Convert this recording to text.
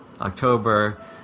October